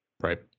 Right